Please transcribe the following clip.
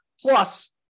Plus